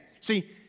See